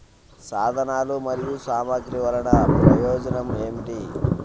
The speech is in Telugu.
సాధనాలు మరియు సామగ్రి వల్లన ప్రయోజనం ఏమిటీ?